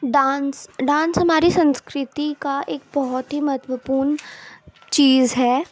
dance dance ہماری سنسکرتی کا ایک بہت ہی مہتو پورن چیز ہے